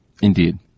Indeed